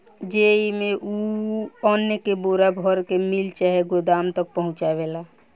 जेइमे, उ अन्न के बोरा मे भर के मिल चाहे गोदाम तक पहुचावेला